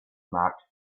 marked